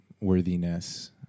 worthiness